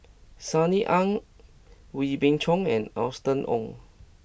Sunny Ang Wee Beng Chong and Austen Ong